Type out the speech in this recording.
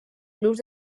clubs